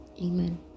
Amen